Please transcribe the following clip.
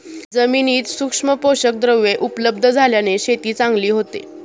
जमिनीत सूक्ष्म पोषकद्रव्ये उपलब्ध झाल्याने शेती चांगली होते